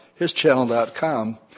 hischannel.com